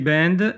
Band